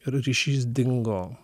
ir ryšys dingo